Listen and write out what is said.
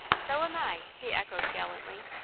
so am i, he echoed gallantly,